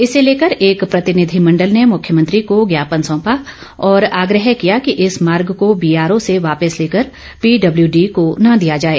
इसे लेकर एक प्रतिनिधिमंडल ने मुख्यमंत्री को ज्ञापन सौंपा और आग्रह किया कि इस मार्ग को बीआरओ से वापिस लेकर पीडब्लयूडी को न दिया जाए